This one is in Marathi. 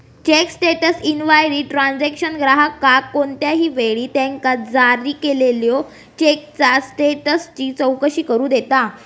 चेक स्टेटस इन्क्वायरी ट्रान्झॅक्शन ग्राहकाक कोणत्याही वेळी त्यांका जारी केलेल्यो चेकचा स्टेटसची चौकशी करू देता